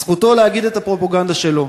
זכותו להגיד את הפרופגנדה שלו.